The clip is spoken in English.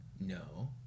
No